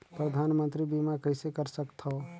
परधानमंतरी बीमा कइसे कर सकथव?